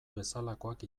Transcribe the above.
bezalakoak